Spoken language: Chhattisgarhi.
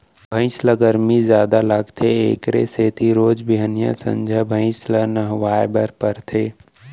भइंस ल गरमी जादा लागथे एकरे सेती रोज बिहनियॉं, संझा भइंस मन ल नहवाए बर परथे